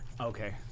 Okay